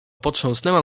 potrząsnęła